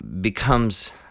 becomes